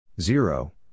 zero